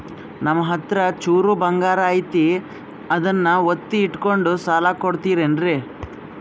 ನಮ್ಮಹತ್ರ ಚೂರು ಬಂಗಾರ ಐತಿ ಅದನ್ನ ಒತ್ತಿ ಇಟ್ಕೊಂಡು ಸಾಲ ಕೊಡ್ತಿರೇನ್ರಿ?